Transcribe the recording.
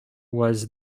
was